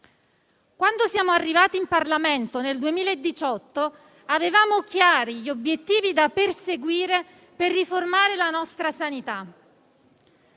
Quando siamo arrivati in Parlamento, nel 2018, avevamo chiari gli obiettivi da perseguire per riformare la nostra sanità.